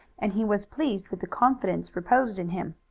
and he was pleased with the confidence reposed in him.